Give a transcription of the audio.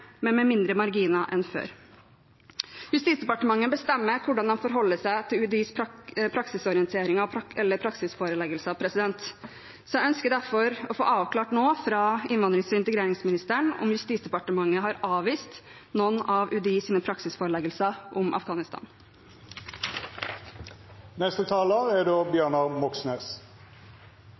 men med mindre marginer enn før.» Justisdepartementet bestemmer hvordan de forholder seg til UDIs praksisforeleggelser. Jeg ønsker derfor å få avklart fra innvandrings- og integreringsministeren nå om Justisdepartementet har avvist noen av UDIs praksisforeleggelser om Afghanistan. I rapporten «Forced back to danger. Asylum-seekers returned from Europe to Afghanistan» viste Amnesty International at Norge er